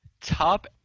top